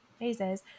phases